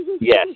Yes